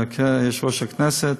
יושב-ראש הכנסת.